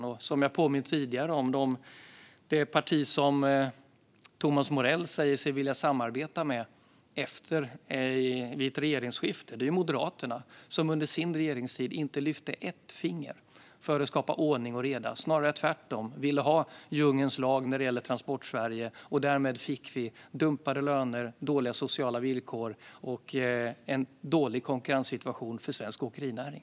Som jag har påmint om tidigare när det gäller det parti som Thomas Morell säger sig vilja samarbeta med vid ett regeringsskifte - Moderaterna - lyfte de inte ett finger under sin regeringstid för att skapa ordning och reda. Det var snarare tvärtom - de ville ha djungelns lag när det gäller Transportsverige. Därmed fick vi dumpade löner, dåliga sociala villkor och en dålig konkurrenssituation för svensk åkerinäring.